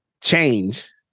change